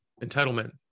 entitlement